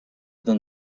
than